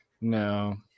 No